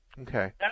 Okay